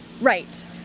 Right